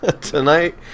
tonight